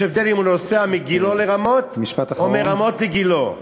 יש הבדל אם הוא נוסע מגילה לרמות או מרמות לגילה.